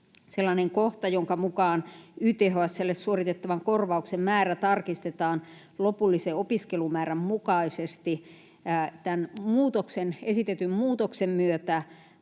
sellainen kohta, jonka mukaan YTHS:lle suoritettavan korvauksen määrä tarkistetaan lopullisen opiskelumäärän mukaisesti. Tämän esitetyn muutoksen myötä